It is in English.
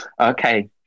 Okay